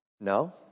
No